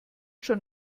schon